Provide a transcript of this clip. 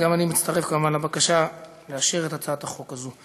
אז גם אני מצטרף כמובן לבקשה לאשר את הצעת החוק הזו.